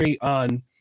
on